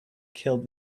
killed